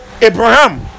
Abraham